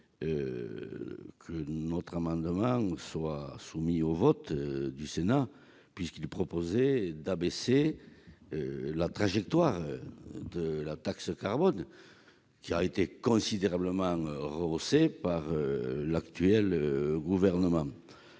que notre amendement soit soumis au vote du Sénat, puisqu'il prévoyait d'abaisser la trajectoire de la taxe carbone, laquelle a été considérablement rehaussée par l'actuel gouvernement.